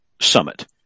summit